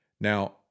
Now